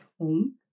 home